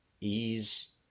ease